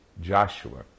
Joshua